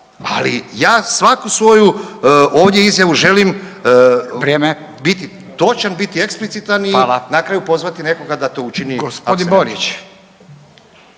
ali ja svaku svoju ovdje izjavu želim …/Upadica: Vrijeme./… biti točan, biti eksplicitan i na kraju pozvati nekoga da to učini